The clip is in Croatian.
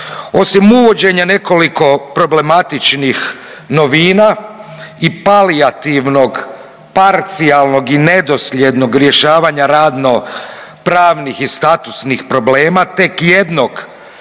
Osim uvođenja nekoliko problematičnih novina i palijativnog, parcijalnog i nedosljednog rješavanja ravnopravnih i statusnih problema tek jednog